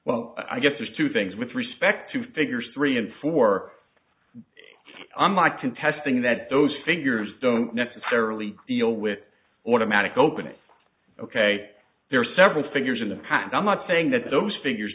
well i guess there's two things with respect to figures three and four on my contesting that those figures don't necessarily deal with automatic opening ok there are several figures in the past i'm not saying that those figures